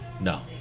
no